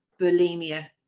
bulimia